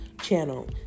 channel